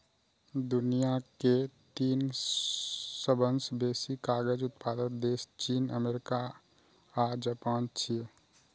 दुनिया के तीन सबसं बेसी कागज उत्पादक देश चीन, अमेरिका आ जापान छियै